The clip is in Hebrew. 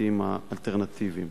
לתסריטים האלטרנטיביים.